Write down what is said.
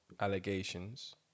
allegations